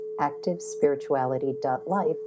activespirituality.life